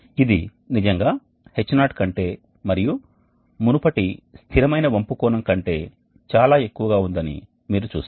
ఇది నిజంగా H0 కంటే మరియు మునుపటి స్థిరమైన వంపు కోణం కంటే చాలా ఎక్కువగా ఉందని మీరు చూస్తారు